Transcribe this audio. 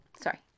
sorry